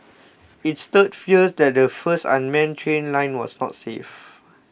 it stirred fears that the first unmanned train line was not safe